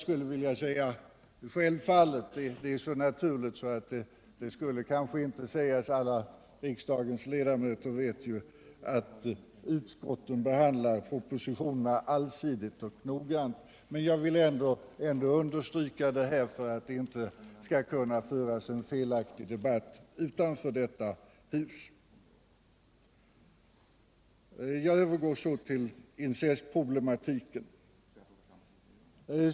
Självfallet behandlar utskotten alla propositioner allsidigt och noggrant, vilket alla kammarens ledamöter vet. Det är så naturligt att det inte skulle behövas sägas, men jag vill ändå understryka detta för att det inte skall föras en felaktig debatt utanför detta hus. Jag övergår så till incestproblematiken.